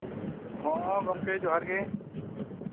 ᱦᱮᱸ ᱜᱚᱢᱠᱮ ᱡᱚᱦᱟᱨ ᱜᱮ